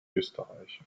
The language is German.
österreich